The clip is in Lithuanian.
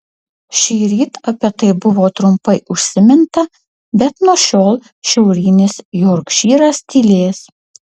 šįryt apie tai buvo trumpai užsiminta bet nuo šiol šiaurinis jorkšyras tylės